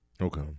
Okay